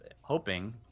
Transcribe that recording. hoping